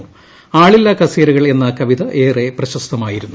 ആളില്ലാ കസേരകൾ എന്ന കവിത ഏറെ പ്രശസ്തമായിരുന്നു